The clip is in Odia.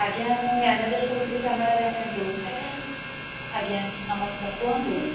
ଆଜ୍ଞା ମୁଁ ମ୍ୟାନେଜର କହୁଥିଲି କାନାଡ଼ା ବ୍ୟାଙ୍କରୁ ଆଜ୍ଞା ନମସ୍କାର କୁହନ୍ତୁ